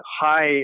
high